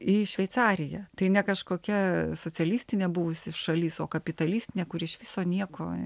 į šveicariją tai ne kažkokia socialistinė buvusi šalis o kapitalistinė kuri iš viso nieko